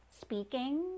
speaking